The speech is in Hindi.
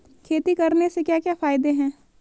खेती करने से क्या क्या फायदे हैं?